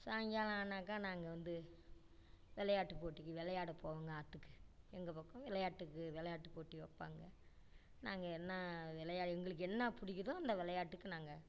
சாயங்காலம் ஆனாக்கா நாங்கள் வந்து விளையாட்டுப் போட்டிக்கு விளையாடப் போவோங்க ஆற்றுக்கு எங்கள் பக்கம் விளையாட்டுக்கு விளையாட்டு போட்டி வைப்பாங்க நாங்கள் என்ன விளையா எங்களுக்கு என்ன பிடிக்குதோ அந்த விளையாட்டுக்கு நாங்கள்